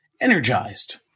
energized